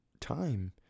time